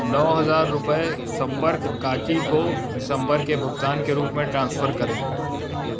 नौ हज़ार रुपये सम्पर्क काकी को दिसम्बर के भुगतान के रूप में ट्रांसफ़र करें